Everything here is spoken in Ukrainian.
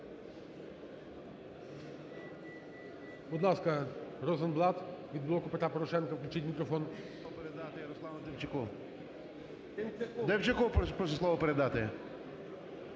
Демчаку прошу слово передати.